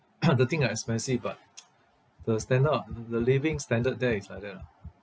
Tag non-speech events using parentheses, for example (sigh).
(coughs) the thing are expensive but (noise) the standard uh the living standard there is like that lah